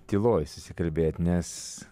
tyloj susikalbėt nes